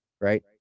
right